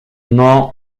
non